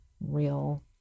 real